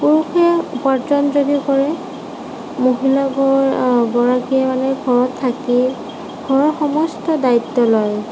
পুৰুষে উপাৰ্জন যদিও কৰে মহিলাগৰাকীয়ে ঘৰত থাকিয়েই ঘৰৰ সমস্ত দায়িত্ব লয়